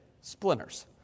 splinters